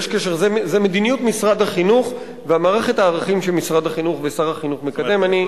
זאת מדיניות משרד החינוך ומערכת הערכים שמשרד החינוך ושר החינוך מקדמים.